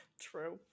true